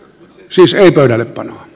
siis ei pöydällepanoa